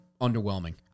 underwhelming